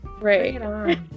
right